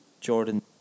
Jordan